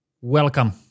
welcome